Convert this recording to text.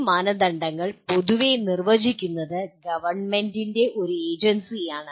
ഈ മാനദണ്ഡങ്ങൾ പൊതുവെ നിർവചിക്കുന്നത് ഗവൺമെന്റിന്റെ ഒരു ഏജൻസിയാണ്